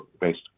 based